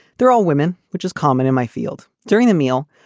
they're all women, which is common in my field. during the meal,